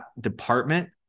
department